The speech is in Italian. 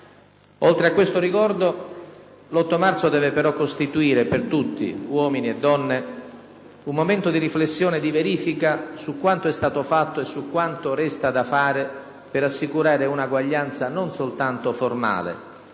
Oltre a questo ricordo, l'8 marzo deve però costituire per tutti, uomini e donne, un momento di riflessione e di verifica su quanto è stato fatto e su quanto resta da fare per assicurare una uguaglianza non soltanto formale